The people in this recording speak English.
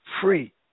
free